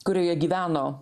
kurioje gyveno